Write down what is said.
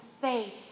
faith